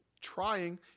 trying